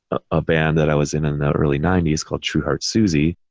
a band that i was in in the early ninety s called true heart susie,